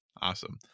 Awesome